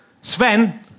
Sven